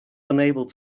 unable